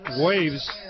Waves